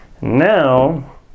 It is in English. Now